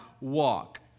walk